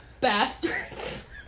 bastards